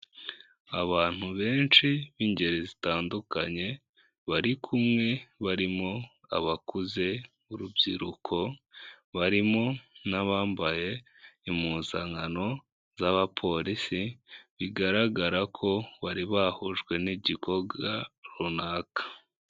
Abantu benshi b'ingeri zitandukanye bari kumwe, barimo abakuze, urubyiruko, barimo n'abambaye impuzankano z'abapolisi, bigaragara ko bari bahujwe n'igikorwa runaka.